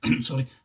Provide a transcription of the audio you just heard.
Sorry